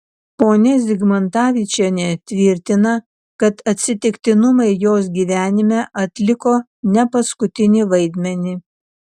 ponia zigmantavičienė tvirtina kad atsitiktinumai jos gyvenime atliko ne paskutinį vaidmenį